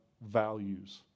values